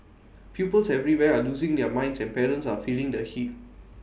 pupils everywhere are losing their minds and parents are feeling the heat